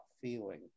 feeling